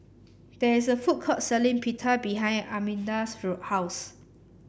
there is a food court selling Pita behind Arminda's house